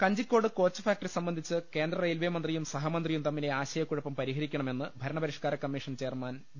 Kanjikode coach factory സംബന്ധിച്ച് കേന്ദ്രറെ യിൽവെ മന്ത്രിയും സഹമന്ത്രിയും തമ്മിലെ ആശയക്കു ഴപ്പം പരിഹരിക്കണമെന്ന് ഭരണപരിഷ്ക്കാര കമ്മീഷൻ ചെയർമാൻ വി